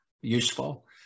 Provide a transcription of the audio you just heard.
useful